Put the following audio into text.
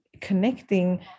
connecting